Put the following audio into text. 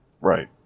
Right